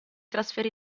trasferì